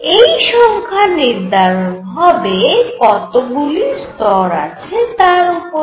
এই সংখ্যা নির্ধারণ হবে কতগুলি স্তর আছে তার উপরে